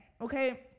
Okay